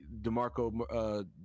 DeMarco